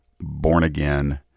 born-again